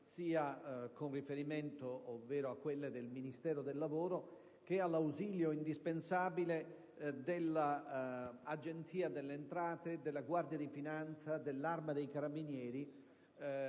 in particolare quelle del Ministero del lavoro, con l'ausilio indispensabile dell'Agenzia delle entrate, della Guardia di finanza e dell'Arma dei carabinieri.